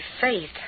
faith